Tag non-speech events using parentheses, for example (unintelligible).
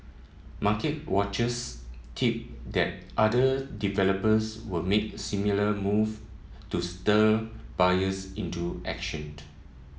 market watchers tip that other developers will make similar move to stir buyers into action (unintelligible)